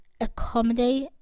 accommodate